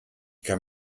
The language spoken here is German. kann